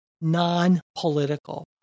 non-political